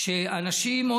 כמובן, והוא